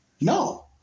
No